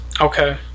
Okay